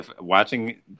watching